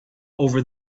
over